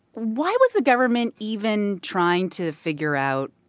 why was the government even trying to figure out